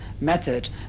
method